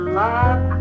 love